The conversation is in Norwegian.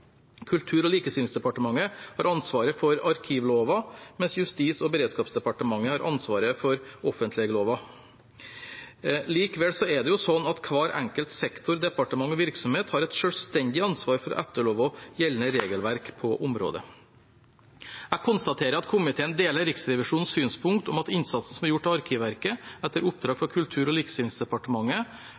Kultur- og likestillingsdepartementet har ansvaret for arkivloven, mens Justis- og beredskapsdepartementet har ansvaret for offentlighetsloven. Likevel er det sånn at hvert enkelt departement og hver enkelt sektor og virksomhet har et selvstendig ansvar for å etterleve gjeldende regelverk på området. Jeg konstaterer at komiteen deler Riksrevisjonens synspunkt om at innsatsen som er gjort av Arkivverket, etter oppdrag fra Kultur- og